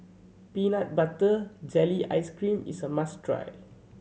peanut butter jelly ice cream is a must try